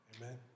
Amen